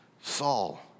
Saul